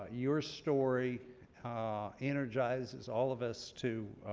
your story ah energizes all of us to